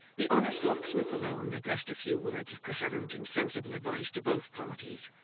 the honest locksmith alone addressed a few words of coherent and sensible advice to both parties,